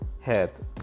head